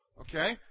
Okay